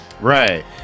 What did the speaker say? Right